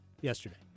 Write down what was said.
yesterday